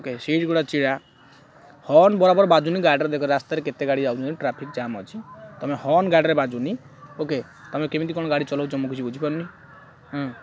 okay seat ଗୁଡ଼ା ଚିରା horn ବରାବର ବାଜୁନି ଗାଡ଼ିରେ ଦେଖ ରାସ୍ତାରେ କେତେ ଗାଡ଼ି ଯାଉଛନ୍ତି ଟ୍ରାଫିକ୍ ଜାମ୍ ଅଛି ତମେ ହର୍ନ ଗାଡ଼ିରେ ବାଜୁନି ଓକେ ତମେ କେମିତି କଣ ଗାଡ଼ି ଚଲଉଛ ମୁଁ କିଛି ବୁଝିପାରୁନି